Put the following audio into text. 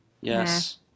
Yes